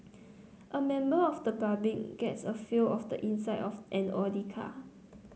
a member of the public gets a feel of the inside of an Audi car